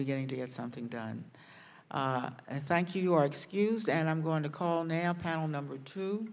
beginning to get something done and i thank you are excused and i'm going to call now panel number two